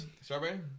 Strawberry